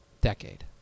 Decade